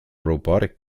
robotic